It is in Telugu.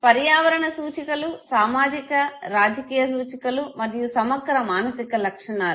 పర్యావరణ సూచికలు సామాజిక రాజకీయ సూచికలు మరియు సమగ్ర మానసిక లక్షణాలు